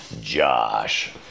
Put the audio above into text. Josh